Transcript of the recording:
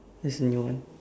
there's a new one